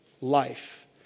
Life